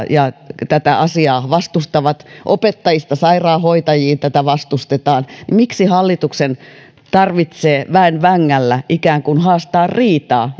ja asiaa vastustaa opettajista sairaanhoitajiin tätä vastustetaan että hallituksen tarvitsee väen vängällä ikään kuin haastaa riitaa